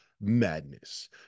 Madness